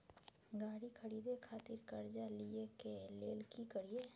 गाड़ी खरीदे खातिर कर्जा लिए के लेल की करिए?